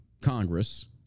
Congress